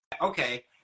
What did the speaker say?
Okay